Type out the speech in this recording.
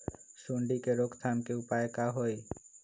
सूंडी के रोक थाम के उपाय का होई?